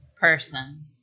person